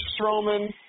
Strowman